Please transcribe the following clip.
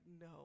no